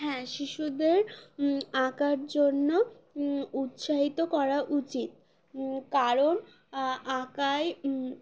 হ্যাঁ শিশুদের আঁকার জন্য উৎসাহিত করা উচিত কারণ আঁকায়